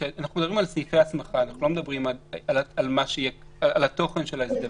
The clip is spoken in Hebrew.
כשאנחנו מדברים על סעיפי הסמכה אנחנו לא מדברים על התוכן של ההסדרים,